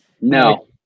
No